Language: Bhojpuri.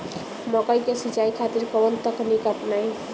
मकई के सिंचाई खातिर कवन तकनीक अपनाई?